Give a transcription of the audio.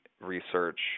research